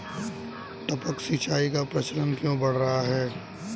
टपक सिंचाई का प्रचलन क्यों बढ़ रहा है?